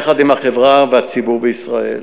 יחד עם החברה והציבור בישראל.